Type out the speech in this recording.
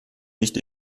nicht